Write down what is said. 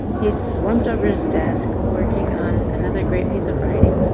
he's slumped over his desk, working on another great piece of writing.